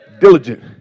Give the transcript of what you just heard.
Diligent